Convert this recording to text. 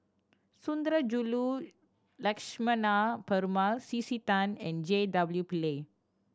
Sundarajulu Lakshmana Perumal C C Tan and J W Pillay